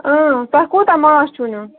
اۭں تُۄہہِ کوٗتاہ ماچھ چھُو نیُن